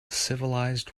civilized